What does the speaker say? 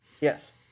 Yes